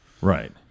Right